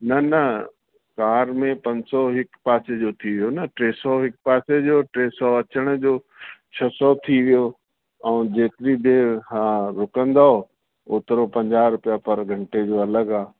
न न कार में पंज सौ हिकु पासे जो थी वियो न टे सौ हिकु पासे जो टे सौ अचण जो छह सौ थी वियो हा ऐं जेतिरी देर हा रुकंदव ओतिरो पंजाह रुपया पर घंटे जो अलॻि आहे